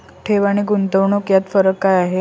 ठेवी आणि गुंतवणूक यात फरक काय आहे?